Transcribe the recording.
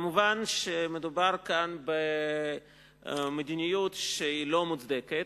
מובן שמדובר כאן במדיניות לא מוצדקת.